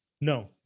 No